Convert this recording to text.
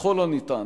ככל הניתן,